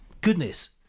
goodness